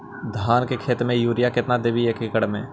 धान के खेत में युरिया केतना देबै एक एकड़ में?